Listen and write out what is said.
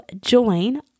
join